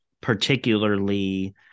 particularly